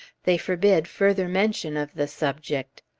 they forbid further mention of the subject.